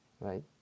right